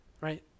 right